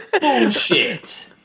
Bullshit